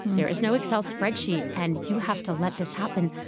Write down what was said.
there is no excel spreadsheet. and you have to let this happen.